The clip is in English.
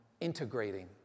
Integrating